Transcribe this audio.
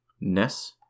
Ness